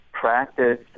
practice